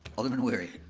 alderman wery.